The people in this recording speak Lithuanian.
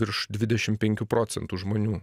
virš dvidešim penkių procentų žmonių